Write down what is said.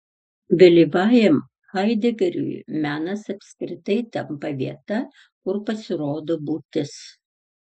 vėlyvajam haidegeriui menas apskritai tampa vieta kur pasirodo būtis